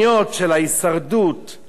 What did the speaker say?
ושל גיא פינס כל ערב,